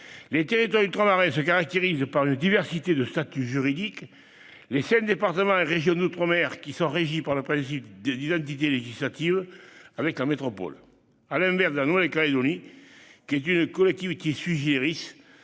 Les territoires ultramarins se caractérisent par une diversité de statuts juridiques : les cinq départements et régions d'outre-mer, qui sont régis par le principe d'identité législative avec la métropole, à l'inverse de la Nouvelle-Calédonie, qui est une collectivité,